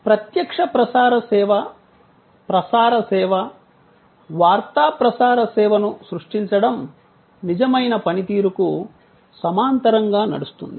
ప్రత్యక్ష ప్రసార సేవ ప్రసార సేవ వార్తా ప్రసార సేవను సృష్టించడం నిజమైన పనితీరుకు సమాంతరంగా నడుస్తుంది